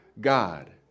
God